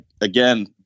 again